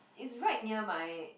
is right near my